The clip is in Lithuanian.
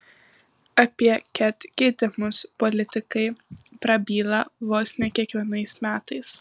apie ket keitimus politikai prabyla vos ne kiekvienais metais